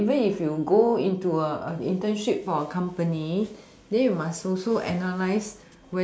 the even if you go into a internship for a company then you must also analyse